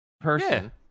person